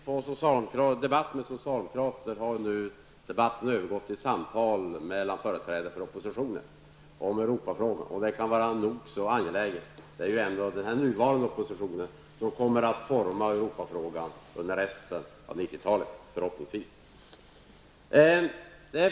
Herr talman! I brist på debatt med socialdemokrater har debatten nu övergått till samtal om Europafrågor mellan företrädare för oppositionen. Det kan vara nog så angeläget. Det är ändå den nuvarande oppositionen som kommer att forma Europafrågan under resten av 90-talet -- förhoppningsvis.